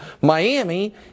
Miami